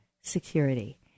Security